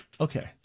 okay